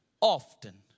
often